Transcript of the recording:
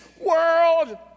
world